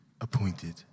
appointed